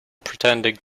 pretending